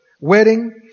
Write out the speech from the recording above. wedding